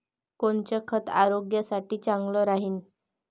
कोनचं खत आरोग्यासाठी चांगलं राहीन?